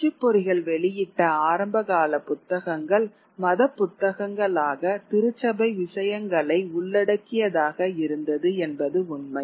அச்சுப்பொறிகள் வெளியிட்ட ஆரம்பகால புத்தகங்கள் மதப் புத்தகங்களாக திருச்சபை விஷயங்களை உள்ளடக்கியதாக இருந்தது என்பது உண்மை